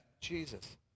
Jesus